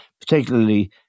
particularly